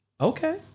Okay